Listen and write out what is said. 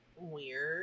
Weird